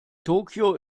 tokio